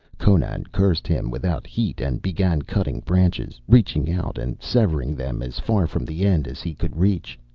conan cursed him without heat, and began cutting branches, reaching out and severing them as far from the end as he could reach.